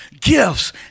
Gifts